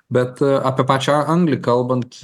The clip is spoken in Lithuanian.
bet apie pačią anglį kalbant